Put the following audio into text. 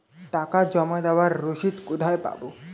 টাকা জমা দেবার রসিদ কোথায় পাব?